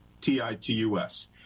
T-I-T-U-S